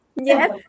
Yes